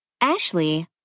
Ashley